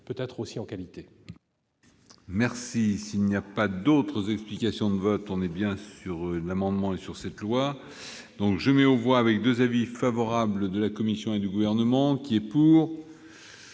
peut-être aussi en qualité